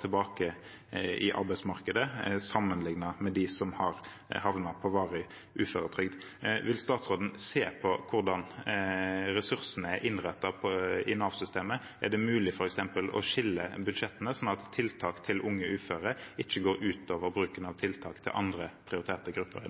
tilbake i arbeidslivet enn dem som har havnet på varig uføretrygd. Vil statsråden se på hvordan ressursene er innrettet i Nav-systemet? Er det f.eks. mulig å skille budsjettene, slik at tiltak til unge uføre ikke går ut over bruken av tiltak til andre prioriterte grupper